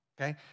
okay